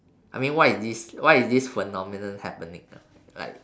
I mean why is this why is this phenomenon happening ah like